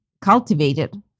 cultivated